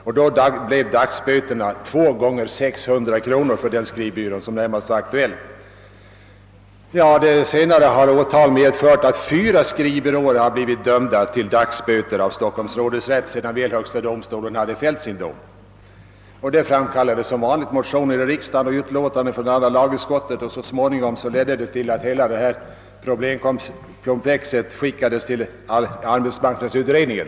Då utmättes dagsböterna till 2 Xx 600 kronor för den skriv byrå som var aktuell. Senare har åtal medfört att innehavarna av fyra skrivbyråer dömts till dagsböter av Stockholms rådhusrätt sedan väl högsta domstolen hade fällt sin dom. Högsta domstolens fällande dom föranledde motioner i riksdagen och utlåtande från andra lagutskottet, och så småningom skickades hela problemkomplexet till arbetsmarknadsutredningen.